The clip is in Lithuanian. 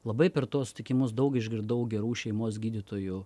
labai per tuos sutikimus daug išgirdau gerų šeimos gydytojų